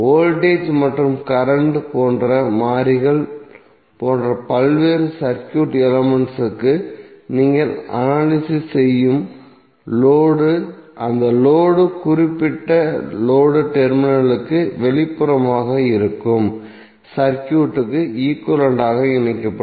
voltage மற்றும் current போன்ற மாறிகள் போன்ற பல்வேறு சர்க்யூட் எலமெண்ட்ஸ்க்கு நீங்கள் அனலிசிஸ் செய்யும் லோடு அந்த லோடு குறிப்பிட்ட லோடு டெர்மினலிற்கு வெளிப்புறமாக இருக்கும் சர்க்யூட்க்கு ஈக்வலன்ட் ஆக இணைக்கப்படும்